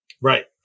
Right